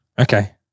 okay